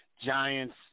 Giants